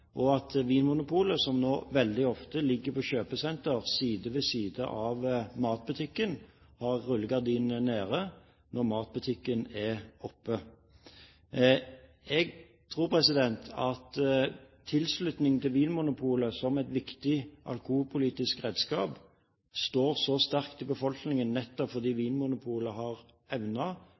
samme dagene. Vinmonopolet, som veldig ofte ligger på kjøpesentre, ved siden av matbutikken, har rullgardinene nede når matbutikken har åpent. Jeg tror at tilslutningen til Vinmonopolet som et viktig alkoholpolitisk redskap står så sterkt i befolkningen nettopp fordi Vinmonopolet har